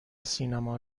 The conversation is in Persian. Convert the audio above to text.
سینما